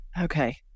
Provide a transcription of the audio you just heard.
Okay